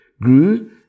grew